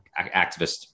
activist